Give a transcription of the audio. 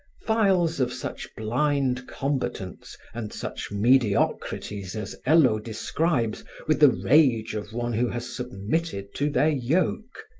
files of such blind combatants and such mediocrities as hello describes with the rage of one who has submitted to their yoke.